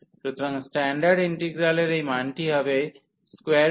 সুতরাং স্ষ্ট্যাণ্ডার্ড ইন্টিগ্রালের এই মানটি হবে 2